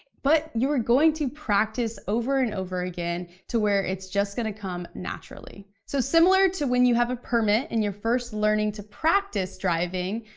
but you're going to practice over and over again, to where it's just gonna come naturally. so, similar to when you have a permit and you're first learning to practice driving,